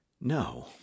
No